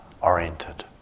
oriented